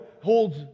holds